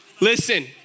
Listen